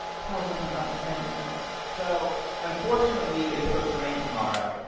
tell them about the petting zoo so unfortunately, it is supposed to rain tomorrow,